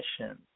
mission